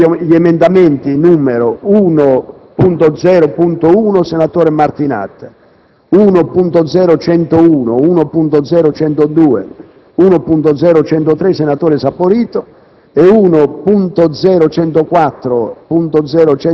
Sono invece improponibili, per estraneità all'oggetto, gli emendamenti 1.0.1, del senatore Martinat, 1.0.101, 1.0.102 e 1.0.103, del senatore Saporito,